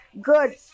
Good